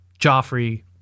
Joffrey